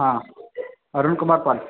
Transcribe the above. हां अरुणकुमार पाल